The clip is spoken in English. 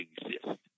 exist